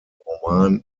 roman